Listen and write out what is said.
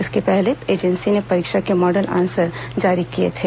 इसके पहले एजेंसी ने परीक्षा के मॉडल आंसर जारी किए थे